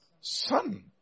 Son